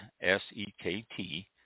S-E-K-T